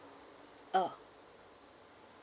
ah